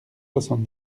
soixante